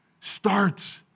starts